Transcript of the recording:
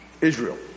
Israel